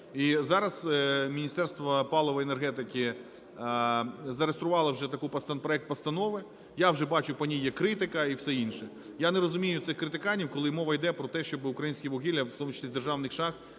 І зараз Міністерство палива і енергетики зареєструвало вже такий проект постанови, я вже бачу, по ній є критика і все інше. Я не розумію цих критиканів, коли мова йде про те, щоби українське вугілля, в тому числі з державних шахт,